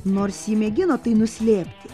nors ji mėgino tai nuslėpti